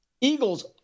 Eagles